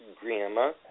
Grandma